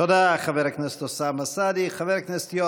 תודה, חבר הכנסת אוסמה סעדי.